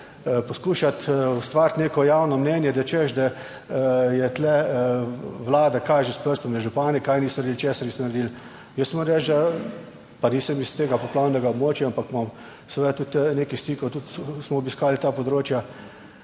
poskušati ustvariti neko javno mnenje, da češ, da tu Vlada kaže s prstom na župane kaj niso naredili, česa niso naredili. Jaz moram reči, da pa nisem iz tega poplavnega območja, ampak imam seveda tudi nekaj stikov, tudi ko smo obiskali ta področja,